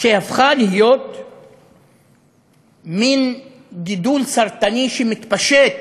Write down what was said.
הפכה להיות מין גידול סרטני שמתפשט